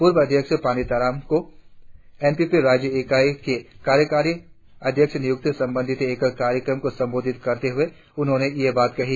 पूर्व विधायक पानी तारांग को एन पी पी राज्य इकाई के कार्यकारी अध्यक्ष निय्रक्ति संबंधित एक कार्यक्रम को संबोधित करते हुए उन्होंने यह बात कही